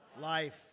life